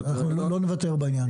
אנחנו לא נוותר בעניין.